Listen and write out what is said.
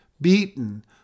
beaten